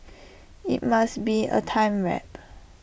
IT must be A time warp